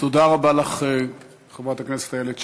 תודה רבה לך, חברת הכנסת איילת שקד.